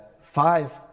five